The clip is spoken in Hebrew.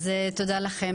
תודה לכם,